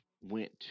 went